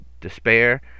despair